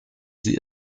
sie